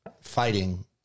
fighting